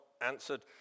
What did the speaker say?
answered